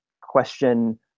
question